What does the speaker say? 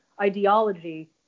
ideology